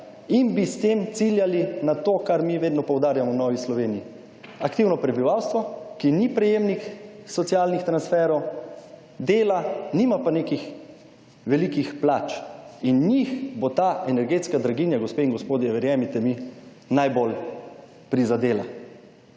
in bi s tem ciljali na to kar mi vedno poudarjamo v Novi Sloveniji, aktivno prebivalstvo, ki ni prejemnik socialnih transferjev, dela, nima pa nekih velikih plač. In njih bo ta energetska draginja, gospe in gospodje verjemite mi, najbolj prizadela.